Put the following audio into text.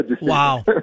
Wow